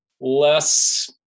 less